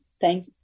thank